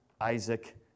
Isaac